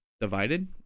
divided